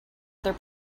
other